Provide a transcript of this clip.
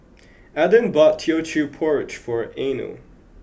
Eden bought Teochew porridge for Eino